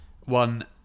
one